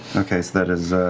okay, so that is,